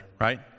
right